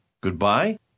Goodbye